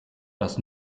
das